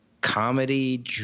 comedy